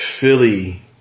Philly